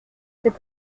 c’est